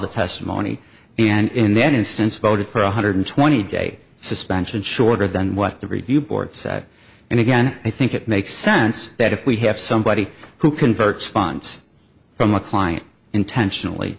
the testimony and then in a sense voted for a one hundred twenty day suspension shorter than what the review board said and again i think it makes sense that if we have somebody who converts funds from a client intentionally